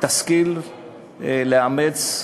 תשכיל לאמץ,